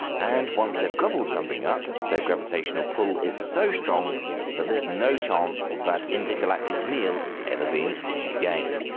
and, once they've gobbled something up, their gravitational pull is so strong that there's no chance of that intergalactic meal ever being seen again.